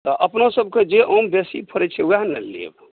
तऽ अपनासभकेँ जे आम बेसी फड़ैत छै ओएह ने लेब